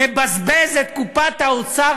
מבזבז את קופת האוצר,